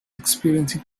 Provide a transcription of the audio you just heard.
experiencing